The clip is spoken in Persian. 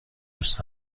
دوست